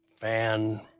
fan